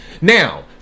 Now